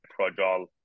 projal